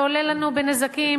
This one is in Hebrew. זה עולה לנו בנזקים,